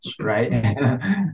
right